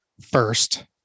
first